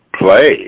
play